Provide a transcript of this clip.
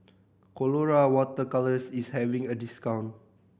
Colora Water Colours is having a discount